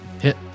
Hit